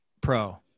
pro